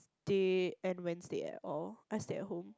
day and Wednesday at all I stayed at home